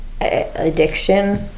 addiction